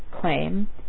claim